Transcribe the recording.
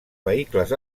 vehicles